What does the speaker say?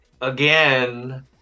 again